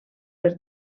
per